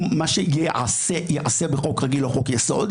מה שייעשה ייעשה בחוק רגיל בחוק-יסוד,